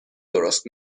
درست